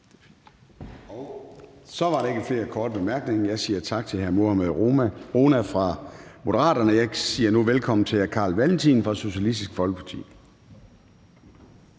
Så var der ikke flere korte bemærkninger. Jeg siger tak til hr. Mohammad Rona fra Moderaterne, og jeg siger nu velkommen til hr. Carl Valentin fra Socialistisk Folkeparti.